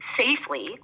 safely